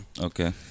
Okay